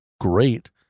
great